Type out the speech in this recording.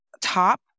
top